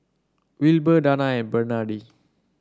Wilber Danna and Bernadine